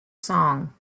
song